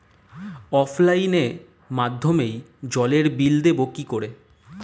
অফলাইনে মাধ্যমেই জলের বিল দেবো কি করে?